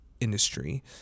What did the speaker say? industry